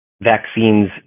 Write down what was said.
vaccines